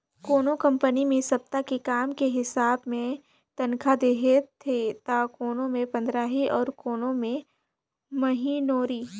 कोनो कंपनी मे सप्ता के काम के हिसाब मे तनखा देथे त कोनो मे पंदराही अउ कोनो मे महिनोरी